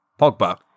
Pogba